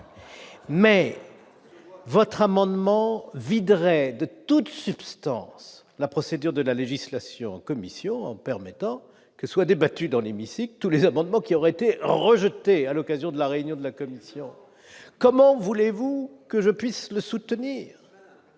mais votre amendement viderait de toute substance la procédure de la législation en commission en permettant que soit débattu dans l'hémicycle, tous les abonnements qui auraient été rejetée à l'occasion de la réunion de la commission, comment voulez-vous que je puisse le soutenir.